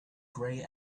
grey